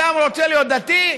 אדם רוצה להיות דתי,